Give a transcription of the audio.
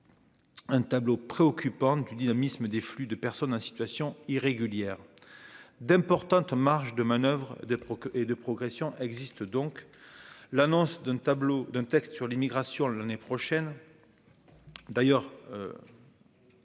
Un tableau préoccupant du dynamisme des flux de personnes en situation irrégulière d'importantes marges de manoeuvre d'époque et de progression existe donc l'annonce d'un tableau d'un texte sur l'immigration, l'année prochaine d'ailleurs.